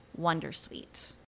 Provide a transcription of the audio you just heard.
Wondersuite